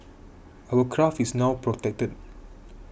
our craft is now protected